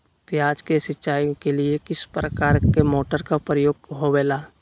प्याज के सिंचाई के लिए किस प्रकार के मोटर का प्रयोग होवेला?